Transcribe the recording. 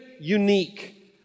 unique